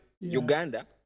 Uganda